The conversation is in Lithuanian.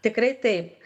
tikrai taip